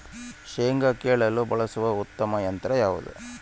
ಶೇಂಗಾ ಕೇಳಲು ಬಳಸುವ ಉತ್ತಮ ಯಂತ್ರ ಯಾವುದು?